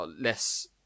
less